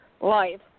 life